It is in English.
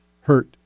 Hurt